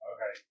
Okay